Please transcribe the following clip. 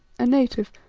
a native,